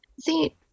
see